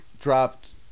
Dropped